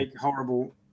Horrible